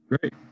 Great